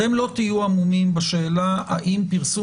אתם לא תהיה עמומים בשאלה האם פרסום